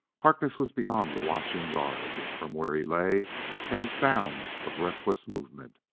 harkness was beyond the watching guard from where he lay came sounds of restless movement.